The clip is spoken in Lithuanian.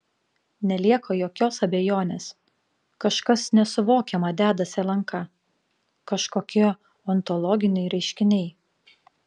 nelieka jokios abejonės kažkas nesuvokiama dedasi lnk kažkokie ontologiniai reiškiniai